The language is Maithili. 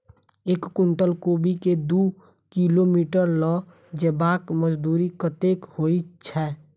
एक कुनटल कोबी केँ दु किलोमीटर लऽ जेबाक मजदूरी कत्ते होइ छै?